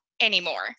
anymore